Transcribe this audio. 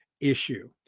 issue